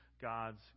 god's